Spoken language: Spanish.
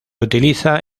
utiliza